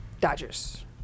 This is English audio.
Dodgers